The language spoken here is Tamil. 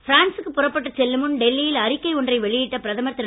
பிரான்சுக்கு புறப்பட்டுச் செல்லு முன் டெல்லியில் அறிக்கை ஒன்றை வெளியிட்ட பிரதமர் திரு